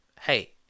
hey